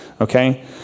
okay